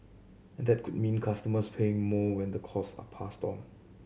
and that could mean customers paying more when the costs are passed on